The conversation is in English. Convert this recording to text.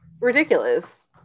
ridiculous